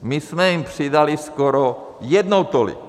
My jsme jim přidali skoro jednou tolik.